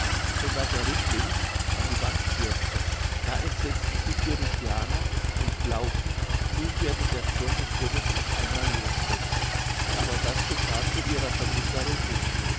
so daß er rücklings an die wand stürzte da entsetzten sich die rügianer und glaubten nun werde der zorn des gottes auf einmal losbrechen aber das geschah zu ihrer verwunderung nicht